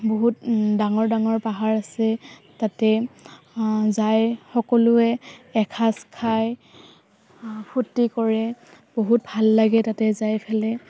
বহুত ডাঙৰ ডাঙৰ পাহাৰ আছে তাতে যাই সকলোৱে এসাঁজ খাই ফূৰ্তি কৰে বহুত ভাল লাগে তাতে যাই ফেলাই